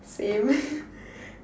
same